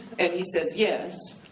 and he says yes,